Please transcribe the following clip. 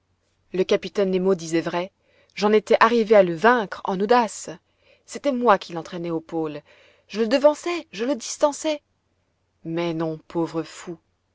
le capitaine nemo disait vrai j'en étais arrivé à le vaincre en audace c'était moi qui l'entraînais au pôle je le devançais je le distançais mais non pauvre fou